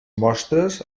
mostres